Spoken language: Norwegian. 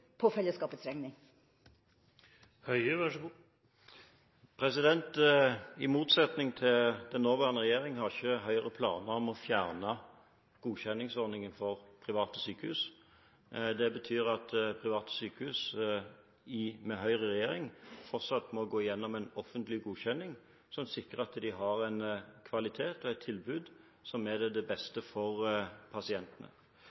på fellesskapets regning? I motsetning til den nåværende regjering har ikke Høyre planer om å fjerne godkjenningsordningen for private sykehus. Det betyr at private sykehus med Høyre i regjering fortsatt må gå gjennom en offentlig godkjenning som sikrer at de har en kvalitet og et tilbud som er til det beste for pasientene. Så er det